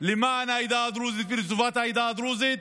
למען העדה הדרוזית ולטובת העדה הדרוזית,